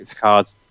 cards